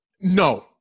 no